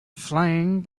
flying